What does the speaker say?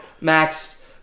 Max